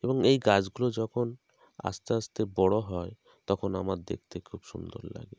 এবং এই গাছগুলো যখন আস্তে আস্তে বড়ো হয় তখন আমার দেখতে খুব সুন্দর লাগে